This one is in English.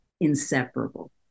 inseparable